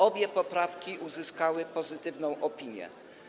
Obie poprawki uzyskały pozytywną opinię.